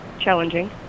challenging